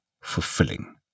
fulfilling